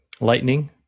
lightning